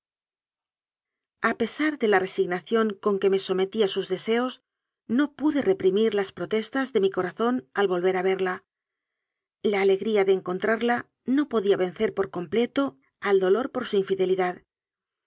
pesar de la resignación con que me sometí a sus deseos no pude reprimir las protestas de mi corazón al volver a verla la alegría de encontrar la no podía vencer por completo al dolor por su infidelidad